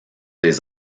des